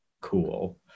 Cool